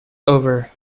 over